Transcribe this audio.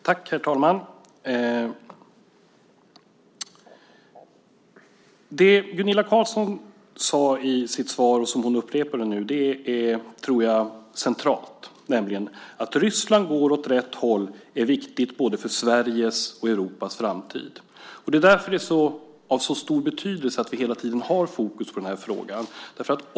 Herr talman! Jag tror att det som Gunilla Carlsson sade i sitt första svar, och som hon nu upprepade, är centralt, nämligen att det är viktigt för både Sveriges och Europas framtid att Ryssland går åt rätt håll. Därför är det av stor betydelse att vi hela tiden har fokus på den här frågan.